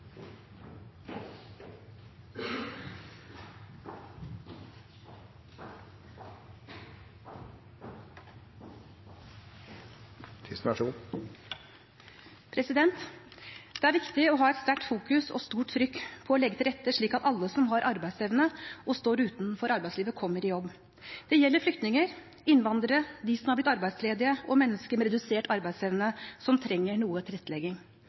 Det er viktig å ha et sterkt fokus og stort trykk på å legge til rette, slik at alle som har arbeidsevne og står utenfor arbeidslivet, kommer i jobb. Det gjelder flyktninger, innvandrere, de som har blitt arbeidsledige, og mennesker med redusert arbeidsevne som trenger noe tilrettelegging.